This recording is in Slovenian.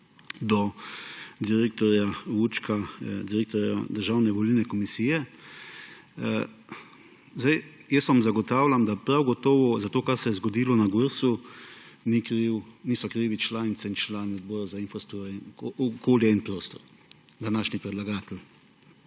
do direktorja Vučka, direktorja Državne volilne komisije. Zagotavljam vam, da prav gotovo za to, kar se je zgodilo na Gursu, niso krivi članice in člani Odbora za infrastrukturo, okolje in prostor, današnji predlagatelj.